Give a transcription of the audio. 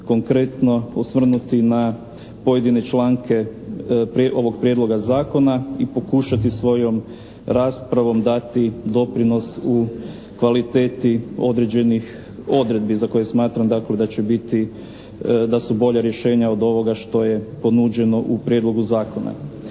konkretno osvrnuti na pojedine članke ovog prijedlog zakona i pokušati svojom raspravom dati doprinos u kvaliteti određenih odredbi za koje smatram dakle, da će biti, da su bolja rješenja od ovoga što je ponuđeno u prijedlogu zakona.